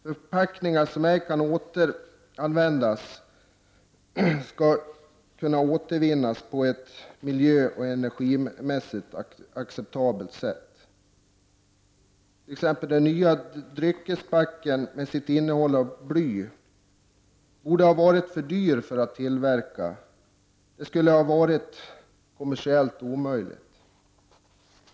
Förpackningar som ej kan återanvändas skall kunna återvinnas på ett miljöoch energimässigt acceptabelt sätt. Den nya dryckesbacken t.ex., som innehåller bly, borde ha varit för dyr att tillverka. Det skulle alltså ha varit kommersiellt omöjligt att tillverka den.